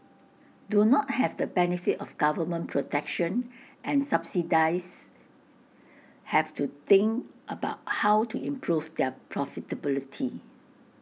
do not have the benefit of government protection and subsidies have to think about how to improve their profitability